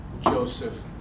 Joseph